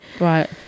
right